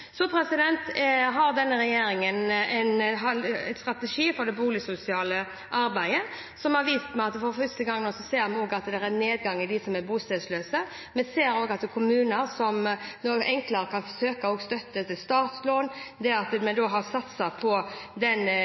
Så har vi tilsynsmyndigheter som skal passe på at kommunene også følger opp det som de har et lovpålagt ansvar for å gjøre. Denne regjeringen har en strategi for det boligsosiale arbeidet, og for første gang ser vi nå at det er en nedgang i antallet bostedsløse. Vi ser også at kommuner enklere kan søke om støtte til startlån. At vi har satset på